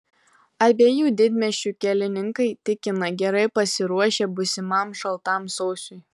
abiejų didmiesčių kelininkai tikina gerai pasiruošę būsimam šaltam sausiui